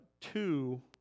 two